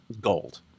gold